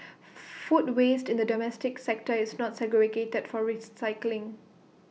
food waste in the domestic sector is not segregated for rates cycling